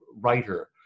writer